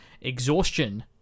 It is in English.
exhaustion